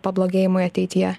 pablogėjimui ateityje